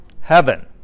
heaven